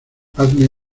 hazme